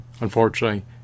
unfortunately